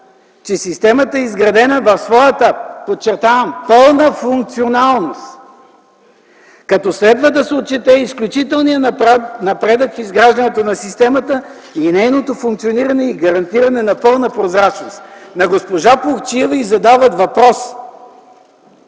че системата е изградена в своята – подчертавам – пълна функционалност, като следва да се отчете изключителният напредък в изграждането на системата и нейното функциониране и гарантиране на пълна прозрачност”. На госпожа Плугчиева й задават въпрос: